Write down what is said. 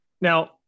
Now